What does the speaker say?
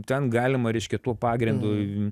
ten galima reiškia tuo pagrindu